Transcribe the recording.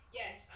yes